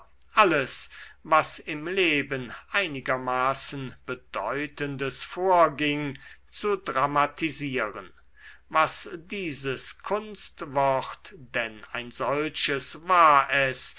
alles was im leben einigermaßen bedeutendes vorging zu dramatisieren was dieses kunstwort denn ein solches war es